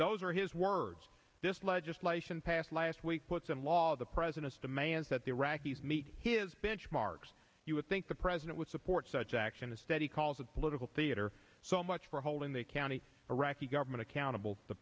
those are his words this legislation passed last week puts in law the president's demands that the iraqis meet his benchmarks you would think the president would support such action instead he calls of political theater so much for holding the county iraqi government accountable the